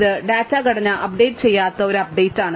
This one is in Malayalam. ഇത് ഡാറ്റ ഘടന അപ്ഡേറ്റ് ചെയ്യാത്ത ഒരു അപ്ഡേറ്റാണ്